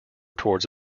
towards